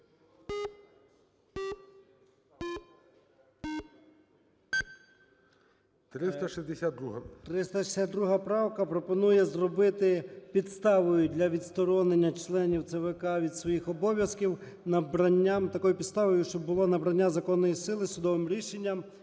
362 правка пропонує зробити підставою для відсторонення членів ЦВК від своїх обов'язків набранням… такою підставою, щоб було набрання законної сили судовим рішенням,